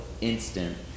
instant